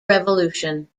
revolution